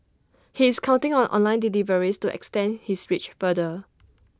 he is counting on online deliveries to extend his reach farther